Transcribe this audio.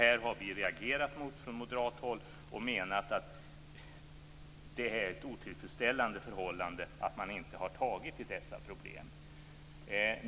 Vi har från moderat håll reagerat, och vi menar att det är ett otillfredsställande förhållande att man inte har åtgärdat dessa problem.